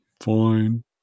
fine